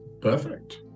perfect